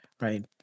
right